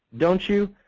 don't you?